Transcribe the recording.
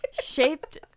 shaped